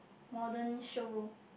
modern show